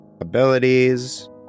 Abilities